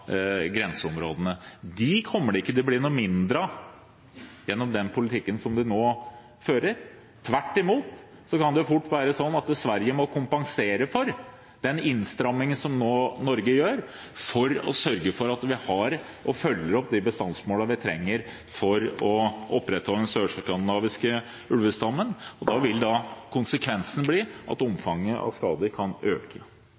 fort bli slik at Sverige må kompensere for den innstrammingen som Norge nå gjør, for å sørge for at vi har, og følger opp, de bestandsmålene vi trenger for å opprettholde den sørskandinaviske ulvestammen. Da vil konsekvensen bli at omfanget av skader kan øke.